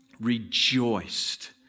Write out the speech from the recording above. rejoiced